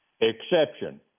Exception